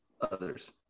others